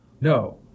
No